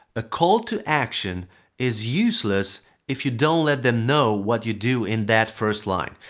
a call to action is useless if you don't let them know what you do in that first line.